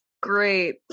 Great